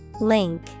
Link